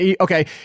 okay